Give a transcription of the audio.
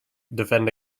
defend